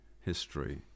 history